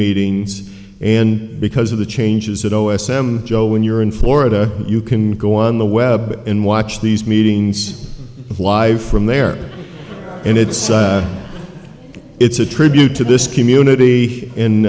meetings and because of the changes it o s m joe when you're in florida you can go on the web and watch these meetings of live from there and it's it's a tribute to this community in